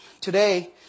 today